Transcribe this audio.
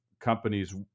companies